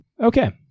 Okay